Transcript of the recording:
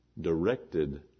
directed